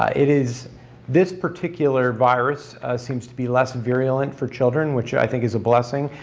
it is this particular virus seems to be less virulent for children which i think is a blessing,